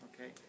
okay